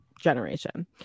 generation